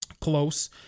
Close